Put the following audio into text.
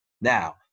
Now